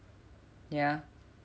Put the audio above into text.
ya